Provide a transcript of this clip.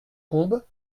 combe